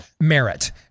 merit